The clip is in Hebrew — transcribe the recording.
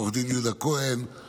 עו"ד יהודה כהן,